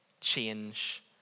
Change